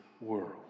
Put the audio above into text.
world